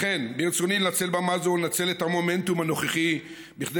לכן ברצוני לנצל במה זו ולנצל את המומנטום הנוכחי בכדי